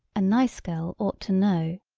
a nice girl ought to know!